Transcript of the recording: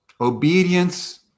Obedience